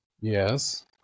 Yes